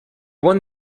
won